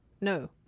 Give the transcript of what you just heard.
no